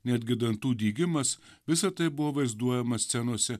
netgi dantų dygimas visa tai buvo vaizduojama scenose